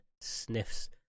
sniffs